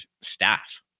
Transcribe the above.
staff